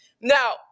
Now